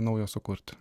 naujo sukurti